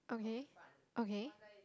okay okay